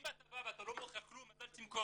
אם אתה בא ואתה לא מוכר כלום, אז אל תמכור.